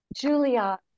Julia